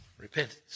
repentance